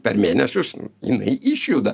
per mėnesius jinai išjuda